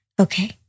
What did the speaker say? okay